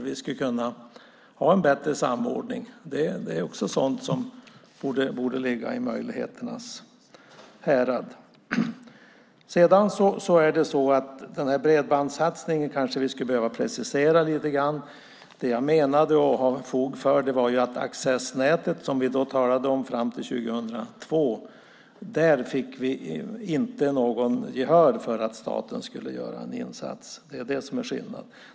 Vi skulle kunna ha en bättre samordning. Det är också sådant som borde ligga i möjligheternas härad. Bredbandssatsningen kanske vi skulle behöva precisera lite grann. Det jag menade och har fog för var att när det gäller accessnätet som vi talade om fram till 2002 fick vi inte något gehör för att staten skulle göra en insats. Det är det som är skillnaden.